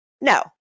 No